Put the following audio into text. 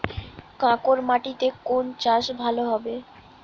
কাঁকর মাটিতে কোন চাষ ভালো হবে?